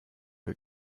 wir